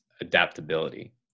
adaptability